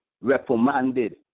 reprimanded